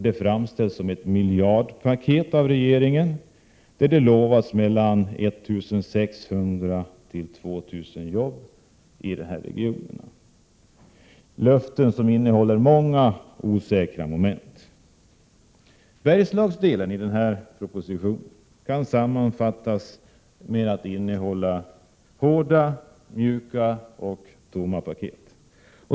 Det framställs av regeringen som ett miljardpaket, där det lovas mellan 1 600 och 2 000 jobb i dessa regioner. Det är löften som innehåller många osäkra moment. Bergslagsdelen i denna proposition kan sammanfattas med att den innehåller hårda, mjuka och tomma paket.